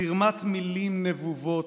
/ זרמת מילים נבובות,